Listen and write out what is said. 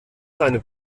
seine